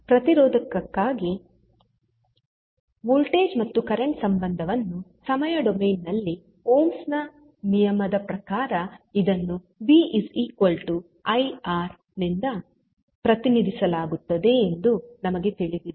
ಪ್ರತಿರೋಧಕಕ್ಕಾಗಿ voltage ಮತ್ತು current ಸಂಬಂಧವನ್ನು ಸಮಯ ಡೊಮೇನ್ ನಲ್ಲಿ ಓಮ್ಸ್ Ohm's ನ ನಿಯಮದ ಪ್ರಕಾರ ಇದನ್ನು ವಿ ಐ ಆರ್ 𝑣 𝑖𝑅 ನಿಂದ ಪ್ರತಿನಿಧಿಸಲಾಗುತ್ತದೆ ಎಂದು ನಮಗೆ ತಿಳಿದಿದೆ